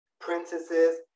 princesses